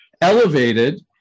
elevated